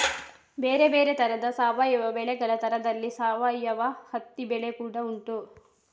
ಬೇರೆ ಬೇರೆ ತರದ ಸಾವಯವ ಬೆಳೆಗಳ ತರದಲ್ಲಿ ಸಾವಯವ ಹತ್ತಿ ಬೆಳೆ ಕೂಡಾ ಉಂಟು